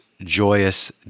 joyous